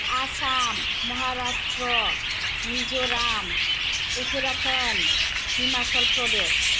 Assam Maharashtra Mizoram Uttarakhand Himachal Pradesh